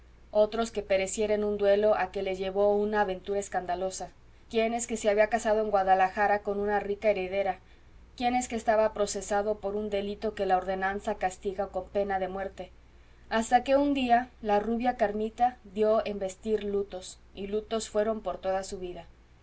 otros que pereciera en un duelo a que le llevó una aventura escandalosa quienes que se había casado en guadalajara con una rica heredera quienes qué estaba procesado por un delito que la ordenanza castiga con peña de muerte hasta que un día la rubia carmita dió en vestir lutos y lutos fueron por toda su vida